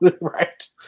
right